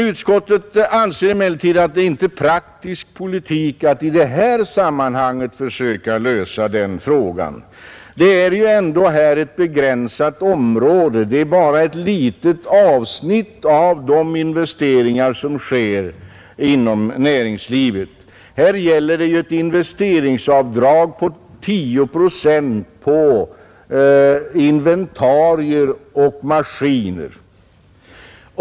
Utskottet anser det emellertid inte vara praktisk politik att försöka lösa den frågan i det här sammanhanget. Det är ju bara ett litet avsnitt av de investeringar som görs inom näringslivet; det gäller ett investeringsavdrag på 10 procent på inventarier och maskiner.